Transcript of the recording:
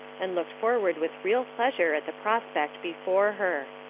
and looked forward with real pleasure at the prospect before her.